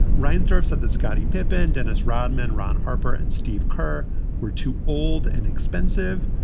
reinsdorf said that scottie pippen, dennis rodman, ron harper and steve kurr were too old and expensive,